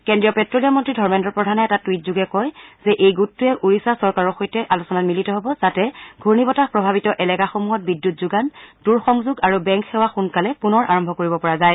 কেন্দ্ৰীয় পেট্লিয়াম মন্ত্ৰী ধৰ্মেল্ৰ প্ৰধানে এটা টুইট যোগে কয় যে এই গোটটোৱে ওড়িশা চৰকাৰৰ সৈতে আলোচনাত মিলিত হ'ব যাতে ঘূৰ্ণিবতাহ প্ৰভাৱিত এলেকাসমূহত বিদ্যুৎ যোগান দূৰসংযোগ আৰু বেংক সেৱা সোনকালে পুনৰ আৰম্ভ কৰিব পৰা যায়